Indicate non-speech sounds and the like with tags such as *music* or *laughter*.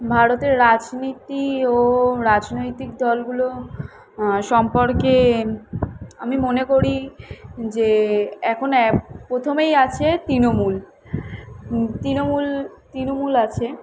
ভারতে রাজনীতি ও রাজনৈতিক দলগুলো সম্পর্কে আমি মনে করি যে এখন *unintelligible* প্রথমেই আছে তৃণমূল তৃণমূল তৃণমূল আছে